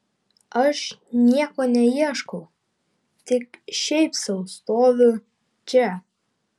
aš nieko neieškau tik šiaip sau stoviu čia